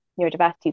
neurodiversity